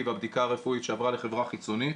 והבדיקה הרפואית שעברה לחברה חיצונית.